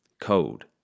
CODE